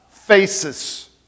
Faces